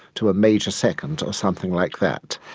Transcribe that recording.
to a major second or something like that.